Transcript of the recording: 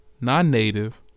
non-native